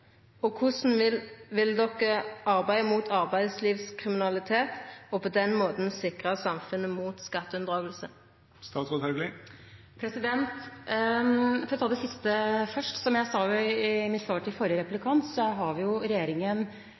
Og korleis vil ho arbeida mot arbeidslivskriminalitet, og på den måten sikra samfunnet mot skatteunndraging? For å ta det siste først: Som jeg sa i mitt svar til forrige replikant, har